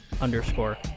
underscore